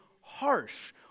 harsh